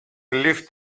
leafed